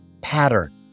pattern